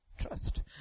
trust